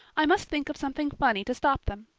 i must think of something funny to stop them.